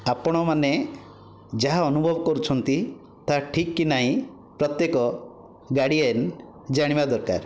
ଆପଣମାନେ ଯାହା ଅନୁଭବ କରୁଛନ୍ତି ତାହା ଠିକ୍ କି ନାଇଁ ପ୍ରତ୍ୟେକ ଗାର୍ଡ଼ିଏନ ଜାଣିବା ଦରକାର